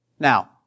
Now